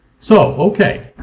so okay,